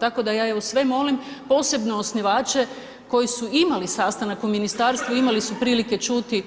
Tako da ja evo sve molim, posebno osnivače koji su imali sastanak u ministarstvu, imali su prilike čuti